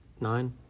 Nine